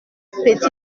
petit